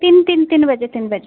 तिन्न तिन्न तिन्न बजे तिन्न बजे